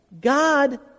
God